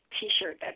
t-shirt